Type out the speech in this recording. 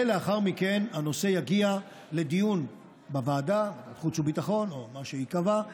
ולאחר מכן הנושא יגיע לדיון בוועדת חוץ וביטחון או מה שייקבע.